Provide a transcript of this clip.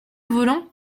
volant